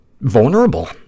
vulnerable